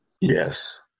Yes